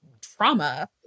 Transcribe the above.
trauma